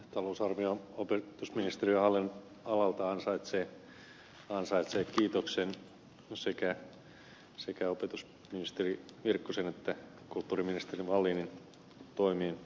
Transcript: talousarvio opetusministeriön hallinnonalalta ansaitsee kiitoksen sekä opetusministeri virkkusen että kulttuuriministeri wallinin toimien osalta